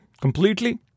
completely